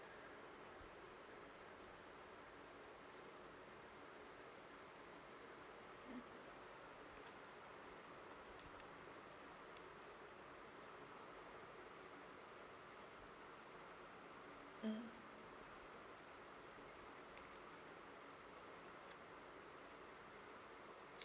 uh mm